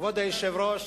כבוד היושב-ראש,